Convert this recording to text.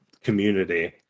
community